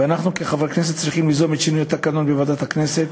ואנחנו כחברי כנסת צריכים ליזום את שינוי התקנון בוועדת הכנסת